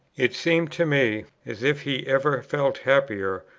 it seemed to me as if he ever felt happier,